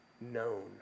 known